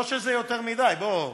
לא שזה יותר מדי, בוא.